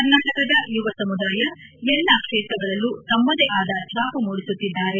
ಕರ್ನಾಟಕದ ಯುವ ಸಮುದಾಯ ಎಲ್ಲಾ ಕ್ಷೇತ್ರಗಳಲ್ಲೂ ತಮ್ಲದೇ ಆದ ಛಾಪು ಮೂಡಿಸುತ್ತಿದ್ದಾರೆ